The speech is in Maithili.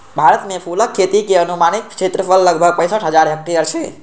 भारत मे फूलक खेती के अनुमानित क्षेत्रफल लगभग पैंसठ हजार हेक्टेयर छै